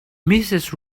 mrs